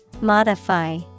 Modify